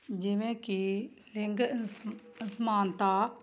ਜਿਵੇਂ ਕਿ ਲਿੰਗ ਅਸਮ ਅਸਮਾਨਤਾ